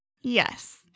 Yes